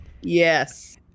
Yes